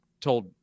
told